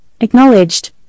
acknowledged